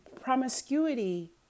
promiscuity